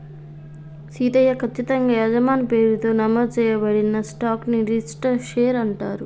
సీతయ్య, కచ్చితంగా యజమాని పేరుతో నమోదు చేయబడిన స్టాక్ ని రిజిస్టరు షేర్ అంటారు